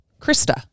Krista